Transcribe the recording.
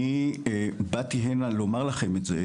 אני באתי הנה לומר לכם את זה,